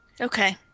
Okay